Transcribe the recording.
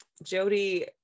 Jody